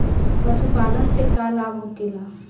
पशुपालन से का लाभ होखेला?